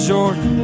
Jordan